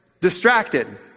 Distracted